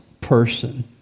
person